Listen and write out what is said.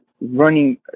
running